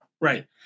Right